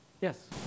Yes